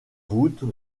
voûtes